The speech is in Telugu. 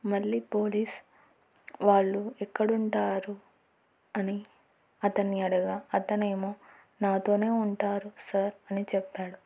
మళ్ళీ పోలీస్ వాళ్ళు ఎక్కడుంటారు అని అతనిని అడుగగా అతనేమో నాతోనే ఉంటారు సార్ అని చెప్పాడు